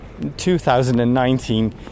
2019